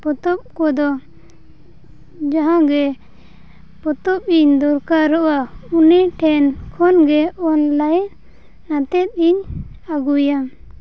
ᱯᱚᱛᱚᱵᱽᱠᱚᱫᱚ ᱡᱟᱦᱟᱸᱜᱮ ᱯᱚᱛᱚᱵᱽᱤᱧ ᱫᱚᱨᱠᱟᱨᱚᱜᱼᱟ ᱩᱱᱤ ᱴᱷᱮᱱ ᱠᱷᱚᱱᱜᱮ ᱚᱱᱞᱟᱭᱤᱱ ᱟᱛᱮᱫᱤᱧ ᱟᱹᱜᱩᱭᱟ